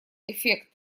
эффект